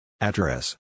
Address